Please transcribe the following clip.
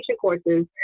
courses